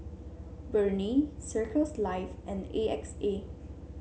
Burnie Circles Life and A X A